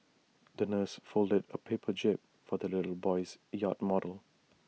the nurse folded A per paper jib for the little boy's yacht model